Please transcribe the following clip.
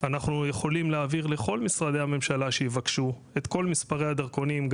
אנחנו יכולים להעביר לכל משרדי הממשלה שיבקשו את כל מספרי הדרכונים,